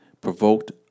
provoked